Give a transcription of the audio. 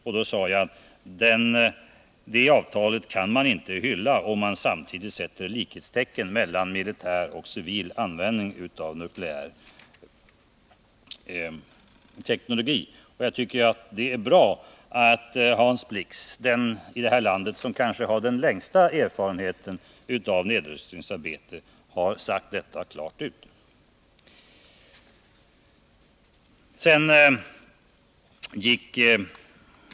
Jag sade också att man inte kan hylla det avtalet, om man samtidigt sätter likhetstecken mellan militär och civil användning av nukleär teknologi. Jag tycker att det är bra att Hans Blix, den person i detta land som kanske har den längsta erfarenheten av nedrustningsarbetet, har sagt detta klart ut.